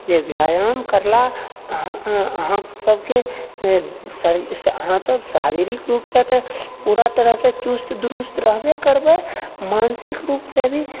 जे व्यायाम करला अहाँ अहाँ सभकेँ अहाँ सभ शारीरिक रूपसँ तऽ पूरा तरहसँ चुस्त दुरुस्त रहबै करबै मानसिक रूपसँ भी